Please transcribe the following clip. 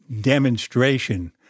demonstration